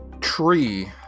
Tree